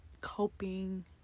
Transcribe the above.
coping